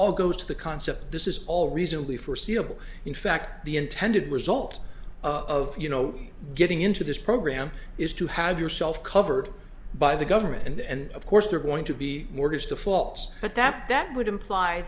all goes to the concept this is all reasonably foreseeable in fact the intended result of you know getting into this program is to have yourself covered by the government and of course they're going to be mortgage defaults but that that would imply